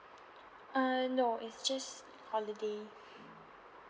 uh no is just holiday